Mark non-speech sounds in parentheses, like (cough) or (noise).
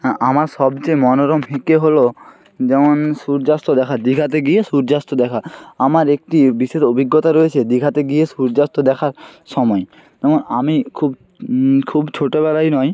হ্যাঁ আমার সবচেয়ে মনোরম (unintelligible) হল যেমন সূর্যাস্ত দেখা দিঘাতে গিয়ে সূর্যাস্ত দেখা আমার একটি বিশেষ অভিজ্ঞতা রয়েছে দিঘাতে গিয়ে সূর্যাস্ত দেখার সময় আমি খুব খুব ছোটবেলায় নয়